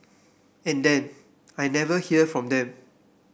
and then I never hear from them